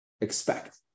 expect